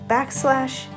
Backslash